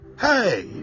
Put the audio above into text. Hey